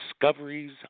discoveries